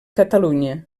catalunya